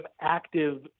active